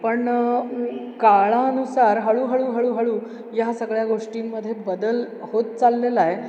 पण काळानुसार हळूहळू हळूहळू या सगळ्या गोष्टींमध्ये बदल होत चाललेला आहे